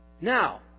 Now